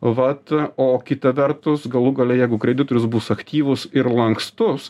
vat o kita vertus galų gale jeigu kreditorius bus aktyvus ir lankstus